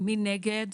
מי נגד?